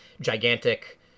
gigantic